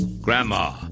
Grandma